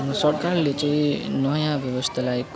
सरकारले चाहिँ नयाँ व्यवस्था लाइक